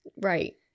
Right